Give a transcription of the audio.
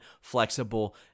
flexible